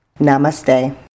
namaste